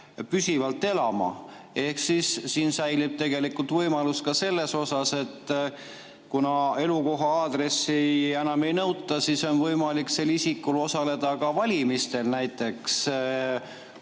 püsivalt elama. Ehk siin säilib ka see võimalus, et kuna elukoha aadressi enam ei nõuta, siis on võimalik sel isikul osaleda ka valimistel, näiteks